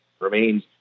remains